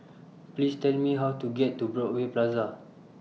Please Tell Me How to get to Broadway Plaza